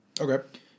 Okay